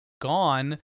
gone